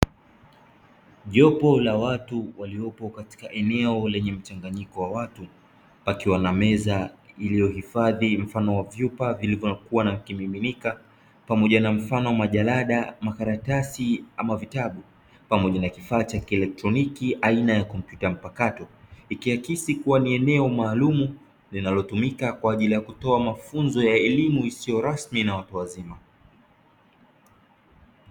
Jopo la watu waliopo katika eneo lenye mchanganyiko wa watu, pakiwa na meza iliyohifadhi mfano wa vyupa vilivyokuwa na kimiminika, pamoja na mfano wa: majarada, makaratasi ama vitabu, pamoja na kifaa cha kielektroniki aina ya kompyuta mpakato; ikiakisi kuwa ni eneo maalumu linalotumika kwa ajili ya kutoa mafunzo ya elimu isiyo rasmi na watu wazima.